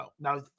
Now